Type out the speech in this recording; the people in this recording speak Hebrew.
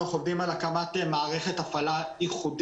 אנחנו עובדים על הקמת מערכת הפעלה ייחודית